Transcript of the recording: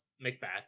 Macbeth